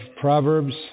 Proverbs